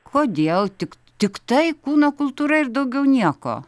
kodėl tik tiktai kūno kultūra ir daugiau nieko